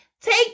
Take